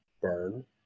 burn